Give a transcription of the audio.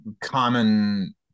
Common